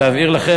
להבהיר לכם,